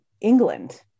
England